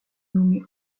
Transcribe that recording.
nommé